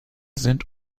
sind